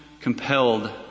compelled